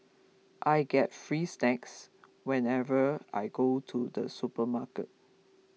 I get free snacks whenever I go to the supermarket